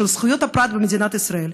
של זכויות הפרט במדינת ישראל,